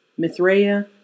mithraea